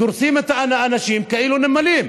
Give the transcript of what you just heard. דורסים את האנשים כאילו הם נמלים.